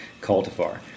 cultivar